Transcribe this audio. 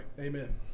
Amen